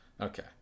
okay